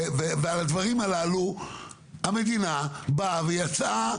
ועל הדברים הללו המדינה באה ויציאה